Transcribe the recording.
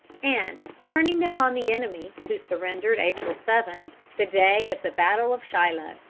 and turning them on the enemy, who surrendered april seven, the day of the battle of shiloh.